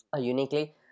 uniquely